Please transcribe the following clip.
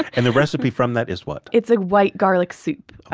and the recipe from that is what? it's a white garlic soup.